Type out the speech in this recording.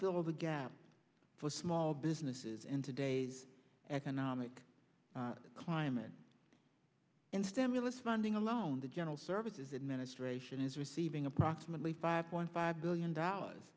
fill the gap for small businesses in today's economic climate and stem english funding alone the general services administration is receiving approximately five point five billion dollars